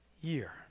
year